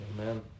amen